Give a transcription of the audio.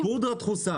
פודרה דחוסה.